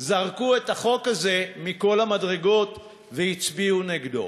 זרקו את החוק הזה מכל המדרגות והצביעו נגדו.